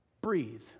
Breathe